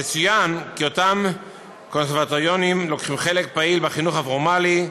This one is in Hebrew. יצוין כי אותם קונסרבטוריונים לוקחים חלק פעיל בחינוך הפורמלי,